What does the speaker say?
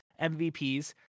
MVPs